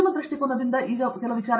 ಉದ್ಯಮ ದೃಷ್ಟಿಕೋನದಿಂದ ಹೇಳಿ ನೋಡೋಣ